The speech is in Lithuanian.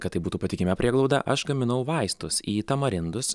kad tai būtų patikima prieglauda aš gaminau vaistus į tamarindus